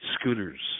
Scooters